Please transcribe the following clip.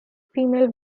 female